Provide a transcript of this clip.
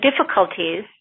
Difficulties